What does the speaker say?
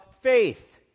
faith